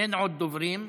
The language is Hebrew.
אין עוד דוברים.